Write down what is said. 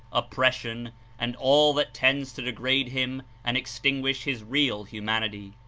oppres sion and all that tends to degrade him and extinguish his real humanity.